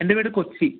എൻ്റെ വീട് കൊച്ചി